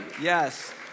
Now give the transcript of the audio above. yes